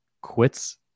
quits